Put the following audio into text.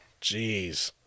Jeez